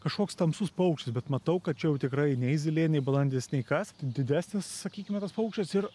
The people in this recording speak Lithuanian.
kažkoks tamsus paukštis bet matau kad čia jau tikrai nei zylė nei balandis nei kas didesnis sakykime tas paukštis ir